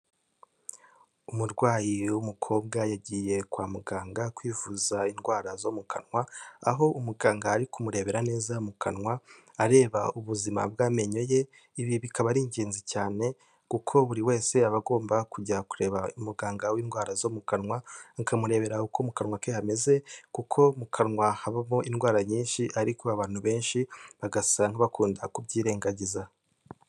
Umurwayi w'umukobwa yagiye kwa muganga kwivuza indwara zo mu kanwa, aho umuganga ari kumurebera neza mu kanwa, areba ubuzima bw'amenyo ye, ibi bikaba ari ingenzi cyane, kuko buri wese aba agomba kujya kureba umuganga w'indwara zo mu kanwa akamurebera uko mu kanwa ke hameze, kuko mu kanwa habamo indwara nyinshi ariko abantu benshi bagasa nk'abakunda kubyirengagiza.